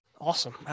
Awesome